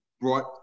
brought